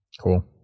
Cool